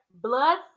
Blood